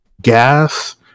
Gas